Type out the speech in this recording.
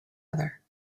other